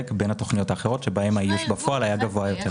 בין התכניות האחרות בהן האיוש בפועל היה גבוה יותר.